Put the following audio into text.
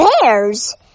Bears